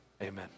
amen